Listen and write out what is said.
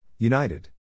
United